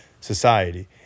society